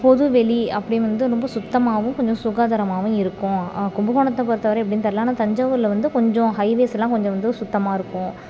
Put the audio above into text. பொதுவெளி அப்படி வந்து ரொம்ப சுத்தமாகவும் கொஞ்சம் சுகாதாரமாகவும் இருக்கும் கும்பகோணத்தை பொருத்த வரை எப்படின்னு தெரியல ஆனால் தஞ்சாவூரில் வந்து கொஞ்சம் ஹைவேஸுலாம் கொஞ்சம் வந்து சுத்தமாக இருக்கும்